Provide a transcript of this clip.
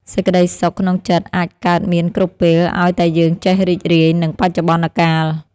សេចក្តីសុខក្នុងចិត្តអាចកើតមានគ្រប់ពេល ឱ្យតែយើងចេះរីករាយនឹងបច្ចុប្បន្នកាល។